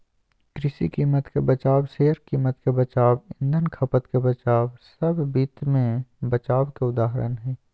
कृषि कीमत के बचाव, शेयर कीमत के बचाव, ईंधन खपत के बचाव सब वित्त मे बचाव के उदाहरण हय